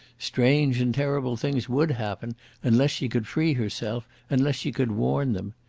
strange and terrible things would happen unless she could free herself, unless she could warn them.